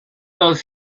los